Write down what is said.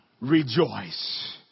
Rejoice